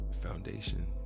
foundation